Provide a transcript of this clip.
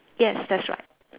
yes that's right